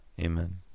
Amen